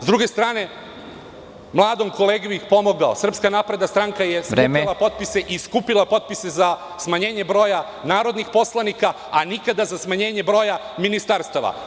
S druge strane, mladom kolegi bih pomogao, Srpska napredna stranka je … (Predsednik: Vreme.) … skupljala potpise i skupila potpise za smanjenje broja narodnih poslanika, a nikada za smanjenje broja ministarstava.